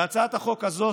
בהצעת החוק הזאת,